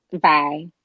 Bye